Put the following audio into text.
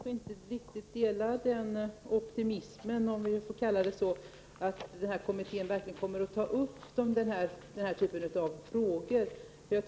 Enligt statens arbetsgivarverk skall ett av målen för lönesättningen på den statliga sidan vara en anpassning till marknaden i övrigt.